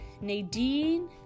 Nadine